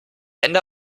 hände